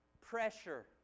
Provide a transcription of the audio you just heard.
pressure